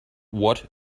what